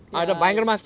ya